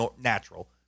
natural